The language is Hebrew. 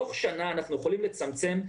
תוך שנה אנחנו יכולים לצמצם,